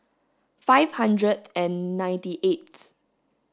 five hundred and ninety eighth